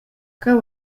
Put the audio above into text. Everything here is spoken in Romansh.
cheu